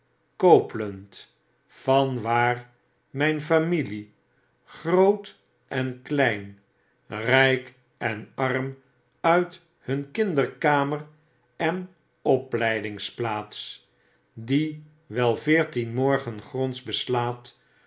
copeland van waar myn familie groot en klein ryk en arm uit hun kinderkamer en opleidingsplaats die wel veertien morgen gronds beslaat